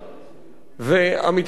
עמיתי חברי הכנסת,